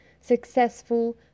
successful